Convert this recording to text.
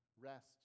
rest